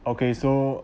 okay so